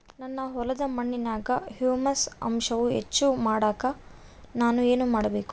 ನನ್ನ ಹೊಲದ ಮಣ್ಣಿನಾಗ ಹ್ಯೂಮಸ್ ಅಂಶವನ್ನ ಹೆಚ್ಚು ಮಾಡಾಕ ನಾನು ಏನು ಮಾಡಬೇಕು?